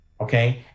okay